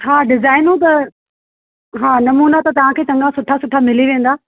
हा डिजाइनियूं त हा नमूना त तव्हांखे चङा सुठा सुठा मिली वेंदा